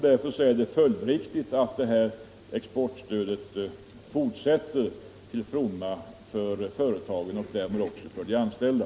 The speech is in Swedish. Därför är det följdriktigt att exportstödet fortsätter till fromma för företagen och därmed också för de anställda.